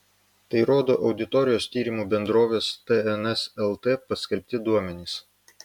tai rodo auditorijos tyrimų bendrovės tns lt paskelbti duomenys